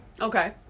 Okay